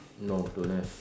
no don't have